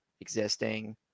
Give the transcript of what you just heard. existing